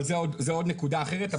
אבל זה עוד נקודה אחרת,